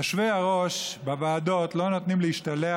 יושבי-הראש בוועדות לא נותנים להשתלח